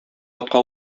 атка